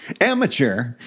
Amateur